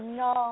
no